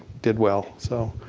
did well, so.